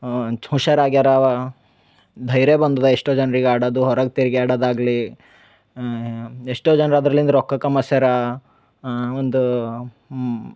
ಹುಷಾರು ಆಗ್ಯಾರ ಅವ ಧೈರ್ಯ ಬಂದದ ಎಷ್ಟೋ ಜನ್ರಿಗೆ ಆಡೋದು ಹೊರಗೆ ತಿರ್ಗ್ಯಾಡೋದಾಗಲಿ ಎಷ್ಟೋ ಜನ್ರು ಅದರ್ಲಿಂದ ರೊಕ್ಕ ಕಮಾಸ್ಯರ ಒಂದು ಹ್ಞೂ